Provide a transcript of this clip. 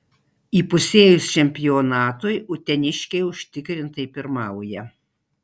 įpusėjus čempionatui uteniškiai užtikrintai pirmauja